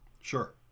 Sure